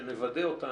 שנוודא אותה,